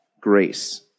grace